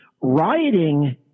rioting